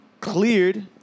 Cleared